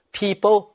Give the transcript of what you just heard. people